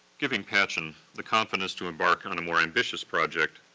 giving patchen the confidence to embark on a more ambitious project,